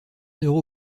euro